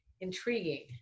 intriguing